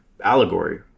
allegory